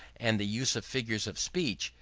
and the use of figures of speech,